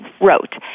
wrote